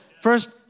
first